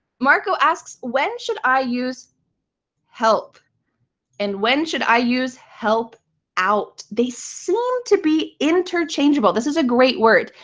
marco asks, when should i use help and when should i use help out? they seem to be interchangeable. this is a great word,